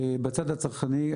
בצד הצרכני.